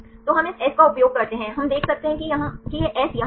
तो हम इस एस का उपयोग करते हैं हम देख सकते हैं कि यह एस यहां है